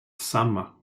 samma